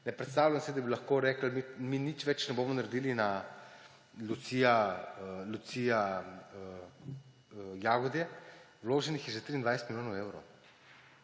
Ne predstavljam si, da bi lahko rekli, da mi nič več ne bomo naredili na trasi Lucija–Jagodje; vloženih je že 23 milijonov evrov.